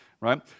right